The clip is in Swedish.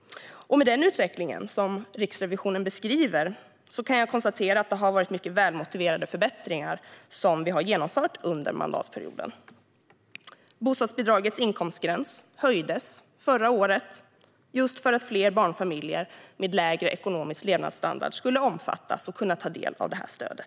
Med den utveckling som Riksrevisionen beskriver kan jag konstatera att det har varit mycket välmotiverade förbättringar som vi har genomfört under mandatperioden. Bostadsbidragets inkomstgräns höjdes förra året för att fler barnfamiljer med lägre ekonomisk standard skulle kunna omfattas av och kunna ta del av det här stödet.